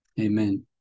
Amen